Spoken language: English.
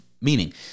meaning